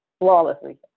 flawlessly